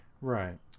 Right